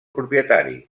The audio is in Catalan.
propietari